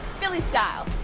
philly style.